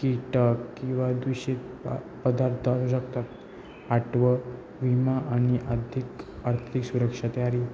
कीटक किंवा दुषित पा पदार्थ असू शकतात आठवं विमा आणि आर्थिक आर्थिक सुरक्षा तयारी